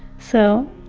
so,